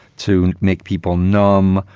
to make people numb,